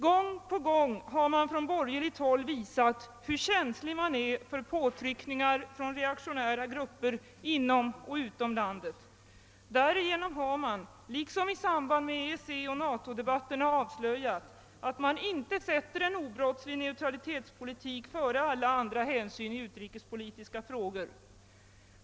Gång på gång har man på borgerligt håll visat hur känslig man är för påtryckningar :från reaktionära grupper inom och utom landet. Därigenom har man, liksom i samband med EEC och NATO-debatterna, avslöjat att man inte sätter en obrottslig neutralitetspolitik före alla andra hänsyn i utrikespolitiska frågor.